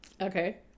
okay